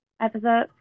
episode